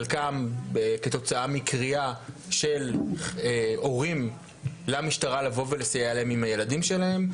חלקם כתוצאה מקריאה של הורים למשטרה לבוא ולסייע להם עם הילדים שלהם,